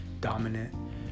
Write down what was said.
dominant